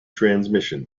transmission